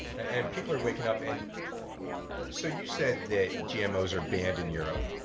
and people are waking up. and so you said that gmos are banned in europe?